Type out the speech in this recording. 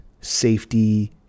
safety